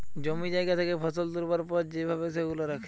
জমি জায়গা থেকে ফসল তুলবার পর যে ভাবে সেগুলা রাখে